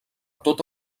tot